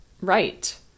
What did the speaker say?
right